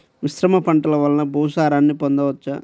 మిశ్రమ పంటలు వలన భూసారాన్ని పొందవచ్చా?